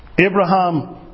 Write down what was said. Abraham